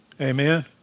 Amen